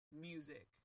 music